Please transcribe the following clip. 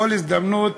בכל הזדמנות,